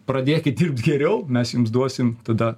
pradėkit dirbt geriau mes jums duosim tada